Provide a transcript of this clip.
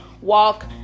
walk